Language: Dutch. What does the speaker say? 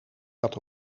dat